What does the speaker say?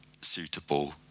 suitable